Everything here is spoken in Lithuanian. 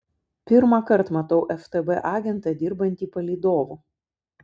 pirmąkart matau ftb agentą dirbantį palydovu